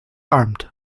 armed